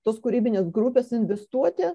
tos kūrybinės grupės investuoti